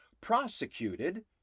prosecuted